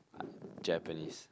Japanese